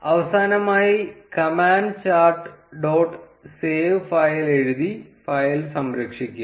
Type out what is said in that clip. അവസാനമായി command chart dot save file എഴുതി file സംരക്ഷിക്കുക